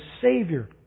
Savior